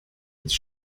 jetzt